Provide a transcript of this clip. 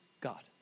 God